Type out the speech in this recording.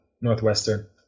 Northwestern